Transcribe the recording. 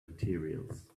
materials